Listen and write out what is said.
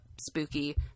spooky